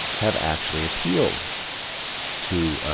have actually appealed to